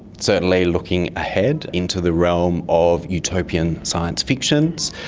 certainly looking ahead into the realm of utopian science fictions.